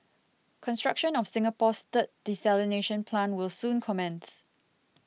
construction of Singapore's third desalination plant will soon commence